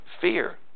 fear